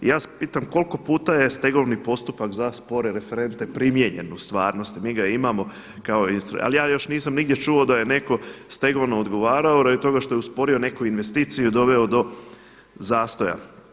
I ja se pitam koliko puta je stegovni postupak za spore referente primijenjen u stvarnosti, mi ga imamo ali ja još nisam nigdje čuo da je netko stegovno odgovarao radi toga što je osporio neku investiciju i doveo do zastoja.